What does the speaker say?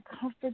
comfort